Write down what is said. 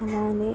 అలానే